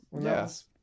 Yes